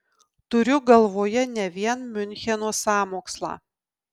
turiu galvoje ne vien miuncheno sąmokslą